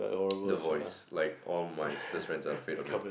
the voice like all my sister's friends are afraid of me